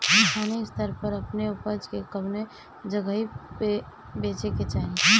स्थानीय स्तर पर अपने ऊपज के कवने जगही बेचे के चाही?